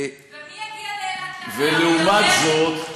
ולעומת זאת,